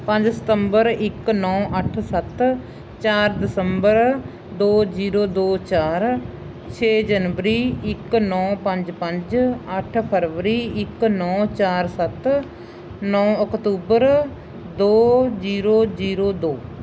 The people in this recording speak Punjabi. ਪੰਜ ਸਤੰਬਰ ਇਕ ਨੌਂ ਅੱਠ ਸੱਤ ਚਾਰ ਦਸੰਬਰ ਦੋ ਜੀਰੋ ਦੋੋ ਚਾਰ ਛੇ ਜਨਵਰੀ ਇੱਕ ਨੌਂ ਪੰਜ ਪੰਜ ਅੱਠ ਫਰਵਰੀ ਇੱਕ ਨੌਂ ਚਾਰ ਸੱਤ ਨੌਂ ਅਕਤੂਬਰ ਦੋ ਜੀਰੋ ਜੀਰੋ ਦੋ